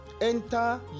Enter